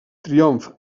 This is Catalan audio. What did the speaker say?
triomf